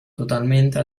totalmente